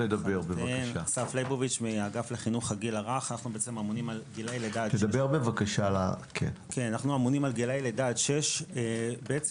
אנחנו בעצם אמונים על גילאי לידה עד גיל 6. בעצם